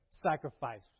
Sacrifice